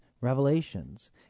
revelations